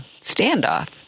standoff